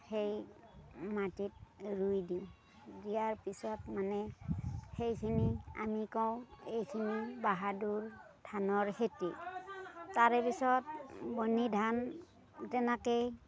সেই মাটিত ৰুই দিওঁ দিয়াৰ পিছত মানে সেইখিনি আমি কওঁ এইখিনি বাহাদুৰ ধানৰ খেতি তাৰে পিছত বনি ধান তেনেকেই